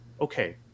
Okay